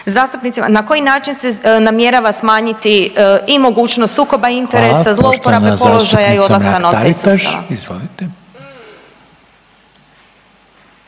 zastupnicama, na koji način se namjerava smanjiti i mogućnost sukoba interesa .../Upadica: Hvala./... zlouporabe položaja i odlaska novca iz sustava.